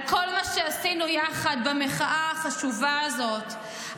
על כל מה שעשינו יחד במחאה החשובה הזאת,